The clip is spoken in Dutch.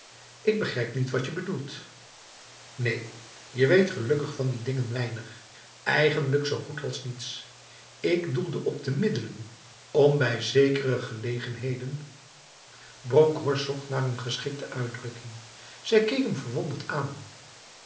ik begrijp niet watje bedoeltf neen je weet gelukkig van die dingen weinig eigenlijk zo goed als niets ik doelde op middelen om bij zekere gelegenheden bronkhorst zocht naar een geschikte uitdrukking zij keek hem verwonderd aan